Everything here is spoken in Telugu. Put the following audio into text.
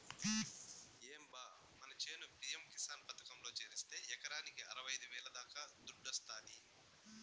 ఏం బా మన చేను పి.యం కిసాన్ పథకంలో చేరిస్తే ఎకరాకి అరవైఐదు వేల దాకా దుడ్డొస్తాది